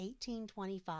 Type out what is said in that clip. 1825